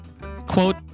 Quote